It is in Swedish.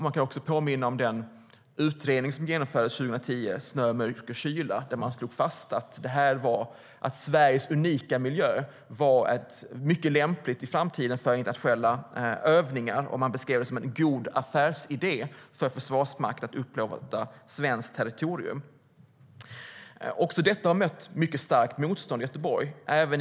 Man kan påminna om den utredning som genomfördes 2010, Snö, mörker och kyla , där man slog fast att Sveriges unika miljö är mycket lämplig för internationella övningar i framtiden. Man beskrev det som en god affärsidé för Försvarsmakten att upplåta svenskt territorium. Också detta har mött mycket starkt motstånd i Göteborg.